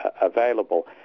available